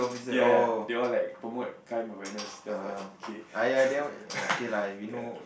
ya ya they were like promote kind awareness then I'm like okay ya